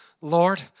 Lord